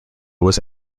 was